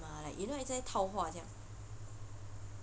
!wah! you know like 好像在套话这样